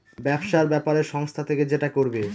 ব্যবসার ব্যাপারে সংস্থা থেকে যেটা করবে